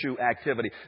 activity